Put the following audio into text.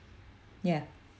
yeah